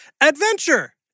adventure